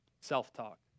self-talk